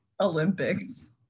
olympics